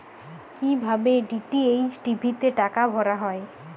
কি ভাবে DTH TV তে টাকা ভরা হয়?